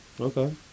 Okay